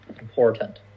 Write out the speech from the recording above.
important